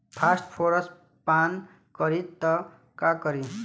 Phosphorus पान करी त का करी?